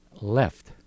left